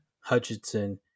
Hutchinson